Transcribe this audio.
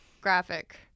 graphic